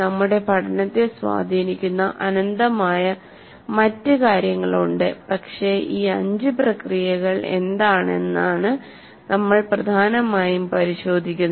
നമ്മുടെ പഠനത്തെ സ്വാധീനിക്കുന്ന അനന്തമായ മറ്റ് കാര്യങ്ങളുണ്ട് പക്ഷേ ഈ അഞ്ച് പ്രക്രിയകൾ എന്താണെന്നാണ് നമ്മൾ പ്രധാനമായും പരിശോധിക്കുന്നത്